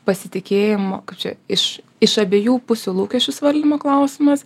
pasitikėjimo kad čia iš iš abiejų pusių lūkesčių suvaldymo klausimas